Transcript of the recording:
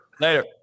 Later